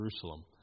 Jerusalem